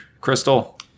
Crystal